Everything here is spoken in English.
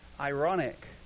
ironic